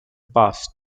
past